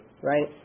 right